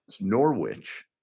Norwich